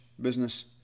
business